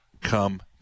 come